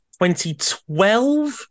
2012